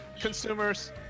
consumers